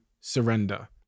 surrender